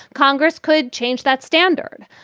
congress could change that standard.